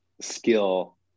skill